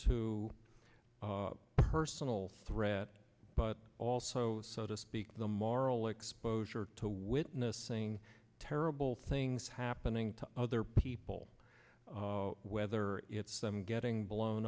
to personal threat but also so to speak the moral exposure to witnessing terrible things happening to other people whether it's them getting blown